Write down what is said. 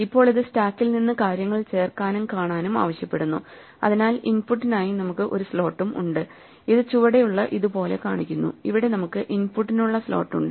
ഇപ്പോൾ ഇത് സ്റ്റാക്കിൽ നിന്ന് കാര്യങ്ങൾ ചേർക്കാനും കാണാനും ആവശ്യപ്പെടുന്നു അതിനാൽ ഇൻപുട്ടിനായി നമുക്ക് ഒരു സ്ലോട്ടും ഉണ്ട് അത് ചുവടെയുള്ള ഇതുപോലെ കാണിക്കുന്നു ഇവിടെ നമുക്ക് ഇൻപുട്ടിനുള്ള സ്ലോട്ട് ഉണ്ട്